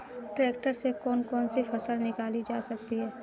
Tractor से कौन कौनसी फसल निकाली जा सकती हैं?